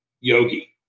Yogi